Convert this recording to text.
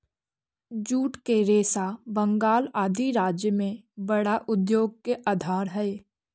jute के रेशा बंगाल आदि राज्य में बड़ा उद्योग के आधार हई